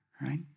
right